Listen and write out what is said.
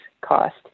cost